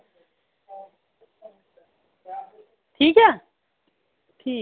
ठीक ऐ ठीक